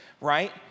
right